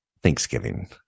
thanksgiving